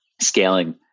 scaling